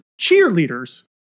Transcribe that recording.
cheerleaders